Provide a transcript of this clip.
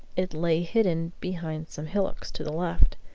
it lay hidden behind some hillocks to the left.